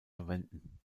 verwenden